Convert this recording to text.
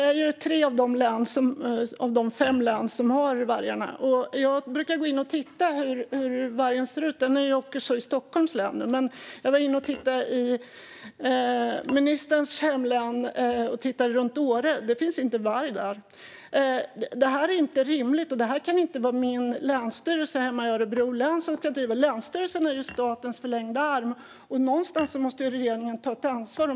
Fru talman! Det är tre av de fem län som har vargarna. Jag brukar gå in och titta hur det ser ut för vargen. Den finns nu också i Stockholms län. Jag var inne i ministerns hemlän och tittade runt Åre. Det finns inte varg där. Detta är inte rimligt. Det kan inte vara min länsstyrelse hemma i Örebro län som ska driva det. Länsstyrelsen är statens förlängda arm. Någonstans måste regeringen ta ett ansvar.